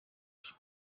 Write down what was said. yacu